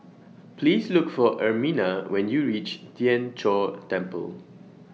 Please Look For Ermina when YOU REACH Tien Chor Temple